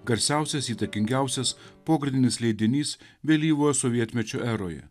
garsiausias įtakingiausias pogrindinis leidinys vėlyvojo sovietmečio eroje